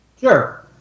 Sure